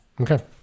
okay